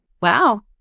Wow